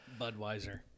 budweiser